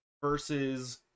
versus